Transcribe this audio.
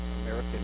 American